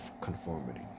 conformity